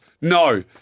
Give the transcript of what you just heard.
no